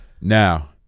Now